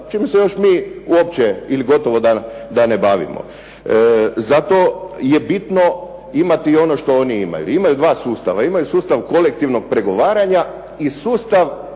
čime se mi uopće ili gotovo ne bavimo. Zato je bitno imati ono što oni imaju. Imaju dva sustava, imaju sustav kolektivnog pregovaranja i sustav